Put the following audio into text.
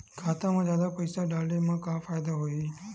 खाता मा जादा पईसा डाले मा का फ़ायदा होही?